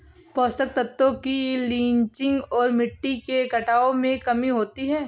पोषक तत्वों की लीचिंग और मिट्टी के कटाव में कमी होती है